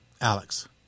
Alex